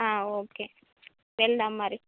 okay వెళ్దాము మరి